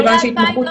כל ה-2,000 לא זמניות?